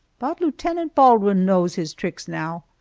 but lieutenant baldwin knows his tricks now,